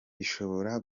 ishobora